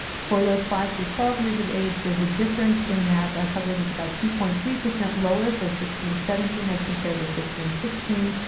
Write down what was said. for those five through twelve years of age there's a difference in that coverage is about two point three lower for sixteen seventeen as compared with fifteen sixteen.